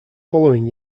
following